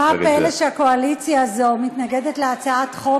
מה הפלא שהקואליציה הזאת מתנגדת להצעת חוק